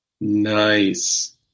Nice